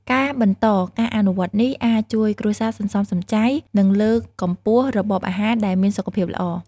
ការបន្តការអនុវត្តនេះអាចជួយគ្រួសារសន្សំសំចៃ និងលើកកម្ពស់របបអាហារដែលមានសុខភាពល្អ។